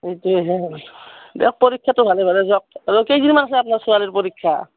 এইটো হে দিয়ক পৰীক্ষাটো ভালে ভালে যাওক আৰু কেইদিমান আছে আপোনাৰ ছোৱালীৰ পৰীক্ষা